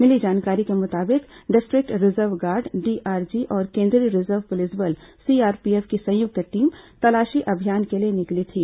मिली जानकारी के मुताबिक डिस्टिक्ट रिजर्व गार्ड डीआरजी और केंद्रीय रिजर्व पुलिस बल सीआरपीएफ की संयुक्त टीम तलाशी अभियान के लिए निकली थी